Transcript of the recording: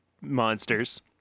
monsters